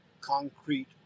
concrete